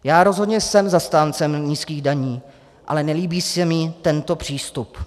Já rozhodně jsem zastáncem nízkých daní, ale nelíbí se mi tento přístup.